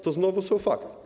To znowu są fakty.